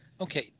Okay